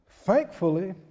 Thankfully